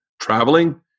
Traveling